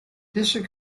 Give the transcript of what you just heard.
district